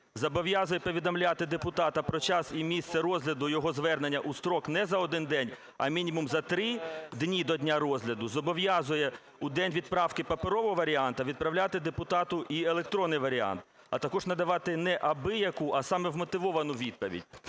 зобов'язує повідомляти депутата про час і місце розгляду його звернення у строк не за 1 день, а мінімум за 3 дні до дня розгляду; зобов'язує у день відправки паперового варіанта відправляти депутату і електронний варіант, а також надавати не абияку, а саме вмотивовану відповідь.